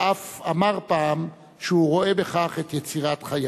ואף אמר פעם שהוא רואה בכך את יצירת חייו.